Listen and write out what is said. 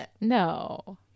No